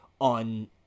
on